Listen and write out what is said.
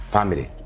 Family